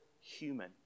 human